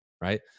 right